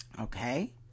Okay